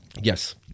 Yes